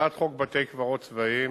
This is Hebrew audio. הצעת חוק בתי-קברות צבאיים,